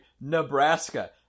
Nebraska